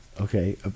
okay